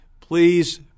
please